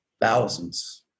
thousands